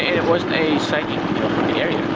it wasn't a and psychic area.